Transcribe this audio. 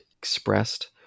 expressed